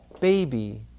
baby